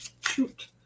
shoot